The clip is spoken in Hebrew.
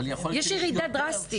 יש ירידה דרסטית.